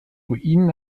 ruinen